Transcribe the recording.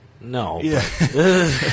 No